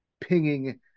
pinging